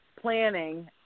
planning